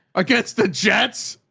ah guess the jets,